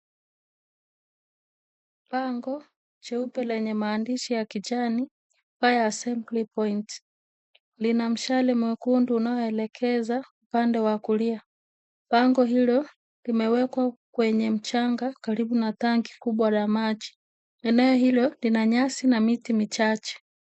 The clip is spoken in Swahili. Bango jeupe lenye maandishi ya kijani fire assembly point lina mshale mwekundu unaoelekeza upande wa kulia. Bango hilo limewekwa kwenye mchanga karibu na tanki kubwa la maji. Eneo hilo lina miti mikubwa na nyasi.